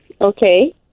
Okay